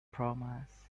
promised